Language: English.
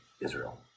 Israel